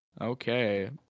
Okay